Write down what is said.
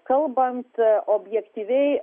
kalbant objektyviai